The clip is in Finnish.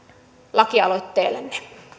lakialoitteellenne